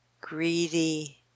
greedy